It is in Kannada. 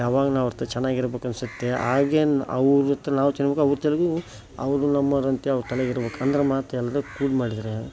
ಯಾವಾಗ ನಾವು ಅವ್ರಹತ್ರ ಚೆನ್ನಾಗಿರ್ಬೆಕನಿಸುತ್ತೆ ಆಗ ಅವ್ರಹತ್ರ ನಾವು ಚೆನ್ನಾಗಿರ್ಬೇಕು ಅವ್ರು ಚೆನ್ನಾಗಿರ್ಬೇಕು ಅವರು ನಮ್ಮೋರಂತೇಳಿ ತಲೆಗಿರ್ಬೇಕು ಅಂದ್ರೆ ಮಾತ್ರ ಎಲ್ಲರೂ ಕೂಡ ಮಾಡಿದ್ರೆ